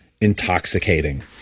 intoxicating